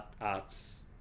arts